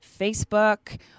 Facebook